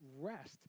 rest